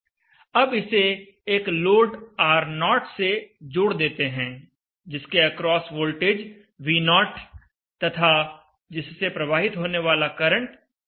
अब इसे एक लोड R0 से जोड़ देते हैं जिसके अक्रॉस वोल्टेज V0 तथा जिससे प्रवाहित होने वाला करंट I0 है